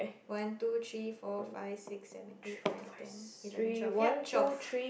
one two three four five six seven eight nine ten eleven twelve yup twelve